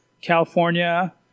California